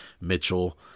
Mitchell